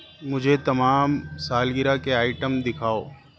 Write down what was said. مجھے تمام سالگرہ کے آئٹم دکھاؤ